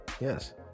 Yes